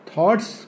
Thoughts